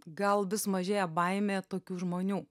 gal vis mažėja baimė tokių žmonių